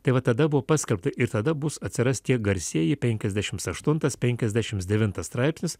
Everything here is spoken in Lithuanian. tai vat tada buvo paskelbta ir tada bus atsiras tie garsieji penkiasdešims aštuntas penkiasdešims devintas straipsnis